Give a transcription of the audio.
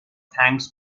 thanks